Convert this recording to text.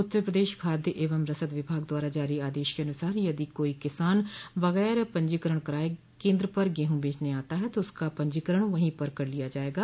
उत्तर प्रदेश खाद्य एवं रसद विभाग द्वारा जारी आदेश के अनुसार यदि कोई किसान बगैर पंजीकरण कराये केन्द्र पर गेहूं बेचने आता है तो उसका पंजीकरण वहीं पर कर लिया जायेगा